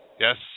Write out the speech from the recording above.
Yes